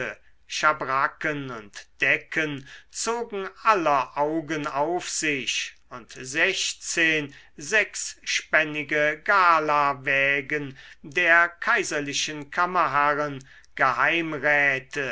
schabracken und decken zogen aller augen auf sich und sechzehn sechsspännige galawägen der kaiserlichen